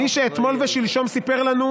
מי שאתמול ושלשום סיפר לנו,